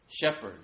Shepherds